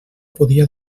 podia